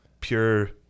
pure